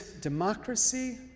democracy